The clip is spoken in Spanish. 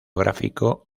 gráfico